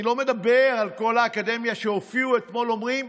ואני לא מדבר על כל האקדמיה שהופיעו אתמול ואומרים: